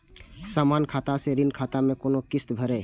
समान खाता से ऋण खाता मैं कोना किस्त भैर?